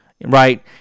Right